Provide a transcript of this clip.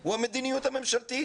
הוא המדיניות הממשלתית.